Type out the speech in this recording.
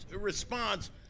response